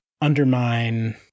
undermine